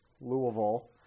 Louisville